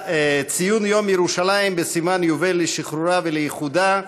ציון יום ירושלים בסימן יובל לשחרורה ולאיחודה,